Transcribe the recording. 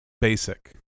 Basic